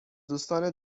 دوستان